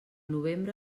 novembre